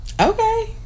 Okay